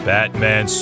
Batman